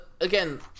again